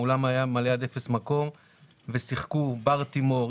האולם היה מלא עד אפס מקום ושיחקו בר טימור,